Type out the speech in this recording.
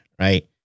right